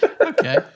okay